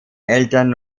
eltern